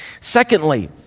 Secondly